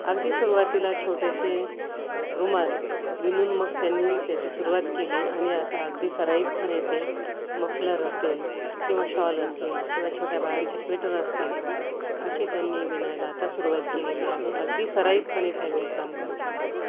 अगदी सुरुवातीला छोटेसे रुमाल विणून मग त्यांनी त्याची सुरुवात केली आणि आता अगदी सराईतपणे ते मफलर असेल किंवा शॉल असेल किंवा छोट्या बाळांचे स्वेटर असतील अशी त्यांनी विणायला आता सुरुवात केलेली आहे अगदी सराईतपणे त्या विणकाम करतात